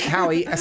Howie